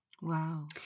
Wow